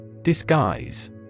Disguise